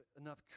enough